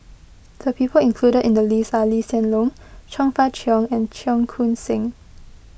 the people included in the list are Lee Hsien Loong Chong Fah Cheong and Cheong Koon Seng